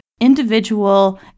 individual